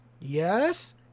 Yes